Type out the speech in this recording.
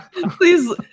please